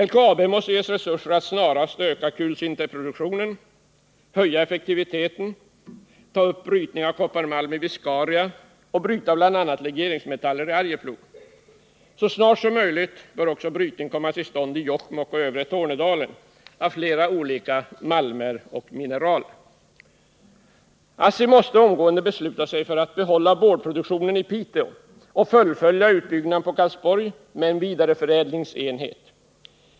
LKAB måste ges resurser att snarast öka kulsinterproduktionen, höja effektiviteten, ta upp brytning av kopparmalm i Viscaria och bryta bl.a. legeringsmetaller i Arjeplog. Så snart som möjligt bör också brytning komma till stånd i Jokkmokk och övre Tornedalen av flera olika malmer och mineraler. ASSI måste omgående besluta sig för att behålla boardproduktionen i Piteå och fullfölja utbyggnaden i Karlsborg med en vidareförädlingsenhet.